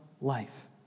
life